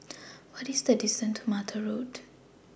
What IS The distance to Mattar Road